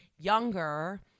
younger